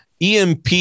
EMP